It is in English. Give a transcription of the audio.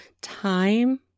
time